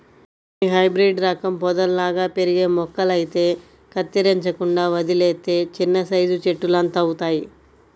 కొన్ని హైబ్రేడు రకం పొదల్లాగా పెరిగే మొక్కలైతే కత్తిరించకుండా వదిలేత్తే చిన్నసైజు చెట్టులంతవుతయ్